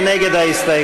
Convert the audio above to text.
מי נגד ההסתייגות?